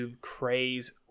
craze